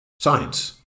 Science